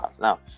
Now